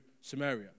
Samaria